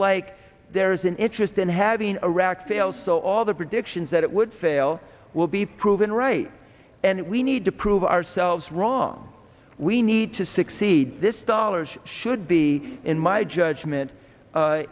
like there is an interest in having iraq fail so all the predictions that it would fail will be proven right and we need to prove ourselves wrong we need to succeed this toddlers should be in my judgment